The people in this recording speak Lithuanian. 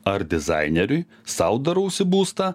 ar dizaineriui sau darausi būstą